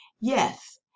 Yes